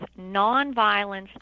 nonviolence